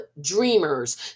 dreamers